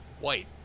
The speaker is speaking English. white